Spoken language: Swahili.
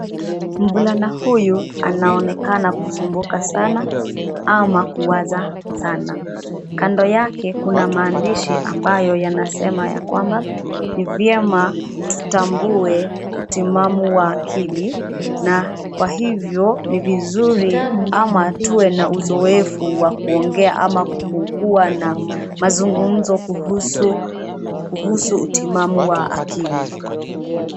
Mvulana huyu anaonekana kusumbuka sana ama kuwaza sana. Kando yake kuna maandishi ambayo yanasema ya kwamba ni vyema tutambue utimamu wa akili, na kwa hivyo ni vizuri ama tuwe na uzoefu wa kuongea au kukuwa na mazungumzo kuhusu, kuhusu utimamu wa akili.